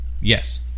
yes